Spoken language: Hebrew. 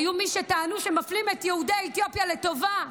היו מי שטענו שמפלים את יהודי אתיופיה לטובה.